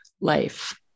life